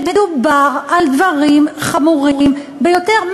מדובר על דברים חמורים ביותר.